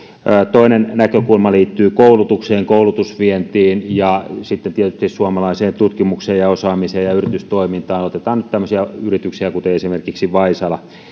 toinen näkökulma liittyy koulutukseen koulutusvientiin ja sitten tietysti suomalaiseen tutkimukseen osaamiseen ja yritystoimintaan otetaan nyt tämmöisiä yrityksiä kuten esimerkiksi vaisala